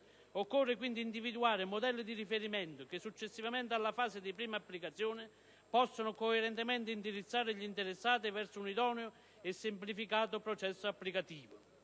quindi individuati modelli di riferimento che, successivamente alla fase di prima applicazione della norma, possano coerentemente indirizzare gli interessati verso un idoneo e semplificato processo applicativo.